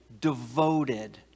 devoted